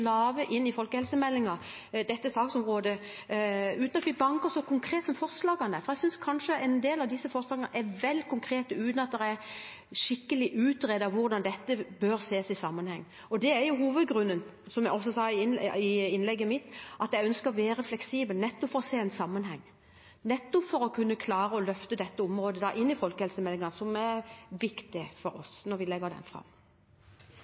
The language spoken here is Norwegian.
uten at vi banker gjennom så konkrete forslag. Jeg synes kanskje en del av disse forslagene er vel konkrete, uten at det er skikkelig utredet hvordan dette bør ses i sammenheng. Det er hovedgrunnen, som jeg også sa i innlegget mitt. Jeg ønsker å være fleksibel, nettopp for å se en sammenheng, nettopp for å kunne klare å løfte dette området inn i folkehelsemeldingen, noe som er viktig for oss når vi legger den fram.